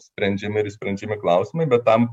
sprendžiami ir sprendžiami klausimai bet tam